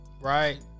Right